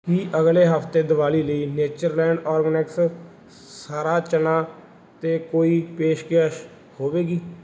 ਕੀ ਅਗਲੇ ਹਫ਼ਤੇ ਦੀਵਾਲੀ ਲਈ ਨੇਚਰਲੈਂਡ ਆਰਗੈਨਿਕਸ ਸਾਰਾ ਚਨਾ 'ਤੇ ਕੋਈ ਪੇਸ਼ਕਸ਼ ਹੋਵੇਗੀ